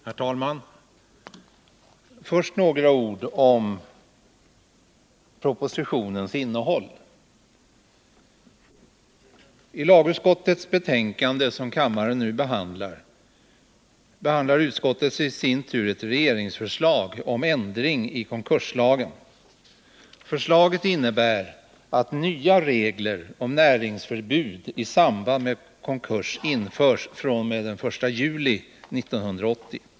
Herr talman! Först några ord om propositionens innehåll. I lagutskottets betänkande, som kammaren nu diskuterar, behandlar utskottet ett regeringsförslag om ändring i konkurslagen. Förslaget innebär att nya regler om näringsförbud i samband med konkurs införs fr.o.m. den 1 juli 1980.